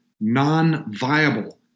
non-viable